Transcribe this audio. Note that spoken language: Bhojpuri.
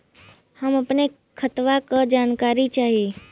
हम अपने खतवा क जानकारी चाही?